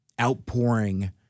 outpouring